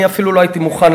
אני אפילו לא הייתי מוכן,